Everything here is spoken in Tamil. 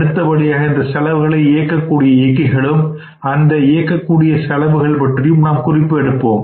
அடுத்தபடியாக இந்த செலவுகளை இயக்கக்கூடிய இயக்கிகளும் அந்த இயக்கக்கூடிய செலவுகள் பற்றியும் நாம் குறிப்பு எடுப்போம்